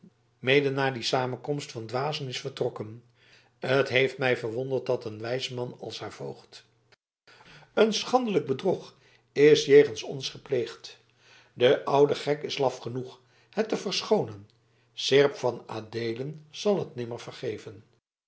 mede naar die samenkomst van dwazen is vertrokken het heeft mij verwonderd dat een wijs man als haar voogd een schandelijk bedrog is jegens ons gepleegd de oude gek is laf genoeg het te verschoonen seerp van adeelen zal het nimmer vergeven